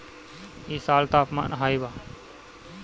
इ साल तापमान हाई बा